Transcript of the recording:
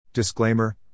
Disclaimer